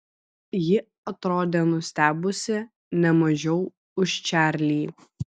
ji atrodė nustebusi ne mažiau už čarlį